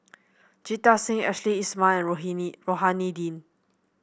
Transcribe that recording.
Jita Singh Ashley Isham and Rohani Din